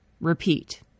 repeat